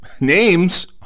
names